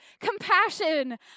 compassion